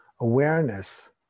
Awareness